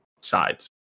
sides